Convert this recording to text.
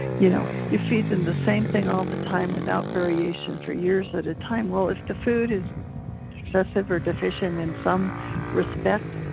you know? you feed them the same thing all the time without variation for years at a time, well, if the food is excessive or deficient in some respect,